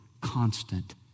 Constant